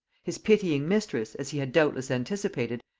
his pitying mistress, as he had doubtless anticipated,